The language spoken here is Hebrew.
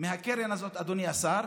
מהקרן הזאת, אדוני השר,